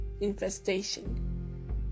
infestation